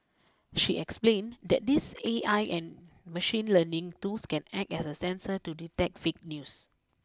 she explained that these A I and machine learning tools can act as a sensor to detect fake news